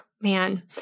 man